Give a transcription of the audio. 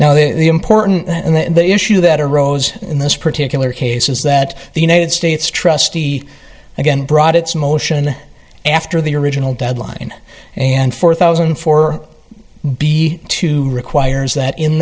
now the important and the issue that arose in this particular case is that the united states trustee again brought its motion in after the original deadline and four thousand four b two requires that in